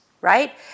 Right